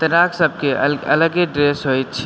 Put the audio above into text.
तैराक सब के अलगे ड्रेस अछि